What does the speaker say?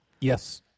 yes